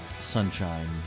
sunshine